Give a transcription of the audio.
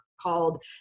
called